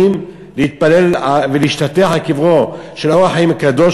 להתפלל ולהשתטח על קברו של "אור החיים" הקדוש,